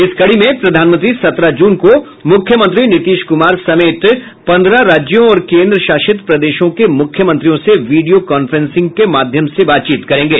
इसी कड़ी में प्रधानमंत्री सत्रह जून को मुख्यमंत्री नीतीश कुमार समेत पंद्रह राज्यों और केंद्रशासित प्रदेशों के मुख्यमंत्रियों से वीडियो कांफ्रेंसिंग के जरिये बातचीत करेंगे